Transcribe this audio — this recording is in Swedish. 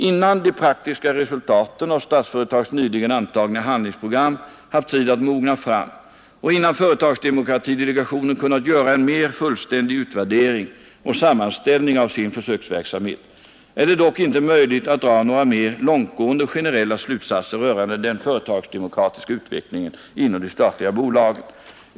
Innan de praktiska resultaten av Statsföretags nyligen antagna handlingsprogram haft tid att mogna fram och innan företagsdemokratidelegationen kunnat göra en mer fullständig utvärdering och sammanställning av sin försöksverksamhet, är det dock inte möjligt att dra några mer långtgående och generella slutsatser rörande den företagsdemokratiska utvecklingen inom de statliga bolagen.